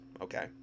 okay